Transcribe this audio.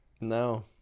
No